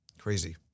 Crazy